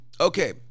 Okay